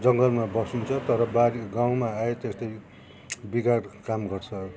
जङ्गलमा बसिन्छ तर बारी गाउँमा आए त्यसले बिगार काम गर्छ तर